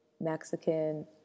Mexican